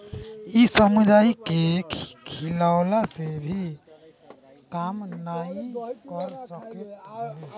इ समुदाय के खियवला के भी काम नाइ कर सकत हवे